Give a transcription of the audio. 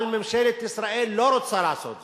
אבל ממשלת ישראל לא רוצה לעשות זאת,